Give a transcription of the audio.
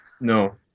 No